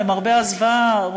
למרבה הזוועה,